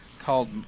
Called